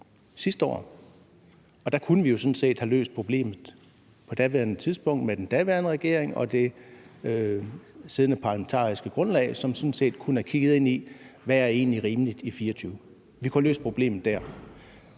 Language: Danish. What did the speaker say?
2022, og der kunne vi jo sådan set have løst problemet på det daværende tidspunkt med den daværende regering og det siddende parlamentariske grundlag, som sådan set kunne have kigget ind i, hvad der egentlig er rimeligt i 2024. Vi kunne have løst problemet dér.